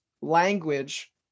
language